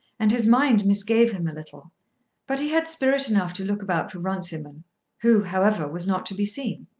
and his mind misgave him a little but he had spirit enough to look about for runciman who, however, was not to be seen.